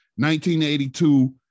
1982